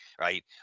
right